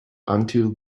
until